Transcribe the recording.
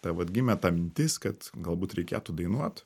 ta vat gimė ta mintis kad galbūt reikėtų dainuot